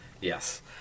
yes